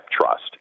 trust